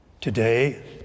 Today